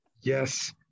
Yes